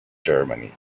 germany